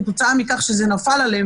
כתוצאה מכך שזה נפל עליהם,